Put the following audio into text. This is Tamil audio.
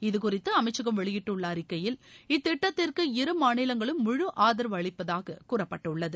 இது குறித்து அமைச்சகம் வெளியிட்டுள்ள அறிக்கையில் இத்திட்டத்திற்கு இரு மாநிவங்களும் முழு ஆதரவு அளிப்பதாக கூறப்பட்டுள்ளது